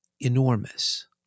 enormous